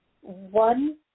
one